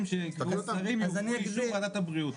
שיקבעו השרים יובאו לאישור ועדת הבריאות.